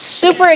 super